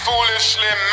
foolishly